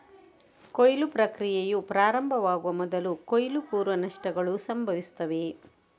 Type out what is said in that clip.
ಕೊಯ್ಲು ಪ್ರಕ್ರಿಯೆಯು ಪ್ರಾರಂಭವಾಗುವ ಮೊದಲು ಕೊಯ್ಲು ಪೂರ್ವ ನಷ್ಟಗಳು ಸಂಭವಿಸುತ್ತವೆ